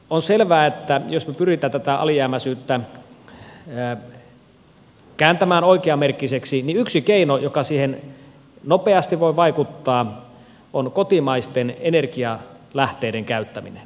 on selvää että jos me pyrimme tätä alijäämäisyyttä kääntämään oikeanmerkkiseksi niin yksi keino joka siihen nopeasti voi vaikuttaa on kotimaisten energialähteiden käyttäminen